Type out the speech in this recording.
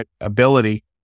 ability